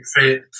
fit